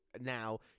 now